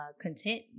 content